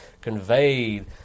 conveyed